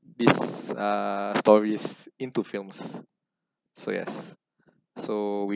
this uh stories into films so yes so